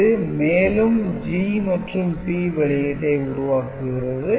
இது மேலும் G மற்றும் P வெளியீட்டை உருவாக்குகிறது